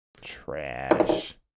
Trash